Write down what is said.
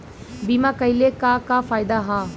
बीमा कइले का का फायदा ह?